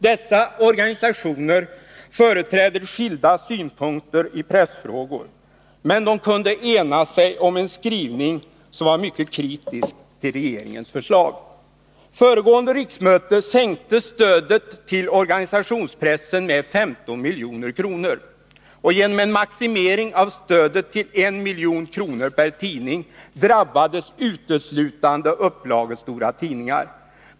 Dessa organisationer företräder skilda synpunkter i pressfrågor, men de kunde ena sig om en skrivning som var mycket kritisk till regeringens förslag. Föregående riksmöte sänkte stödet till organisationspressen med 15 milj.kr. Genom en maximering av stödet till 1 milj.kr. per tidning drabbades uteslutande upplagestora tidningar.